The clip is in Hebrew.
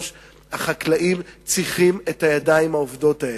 החקלאים צריכים את הידיים העובדות האלה.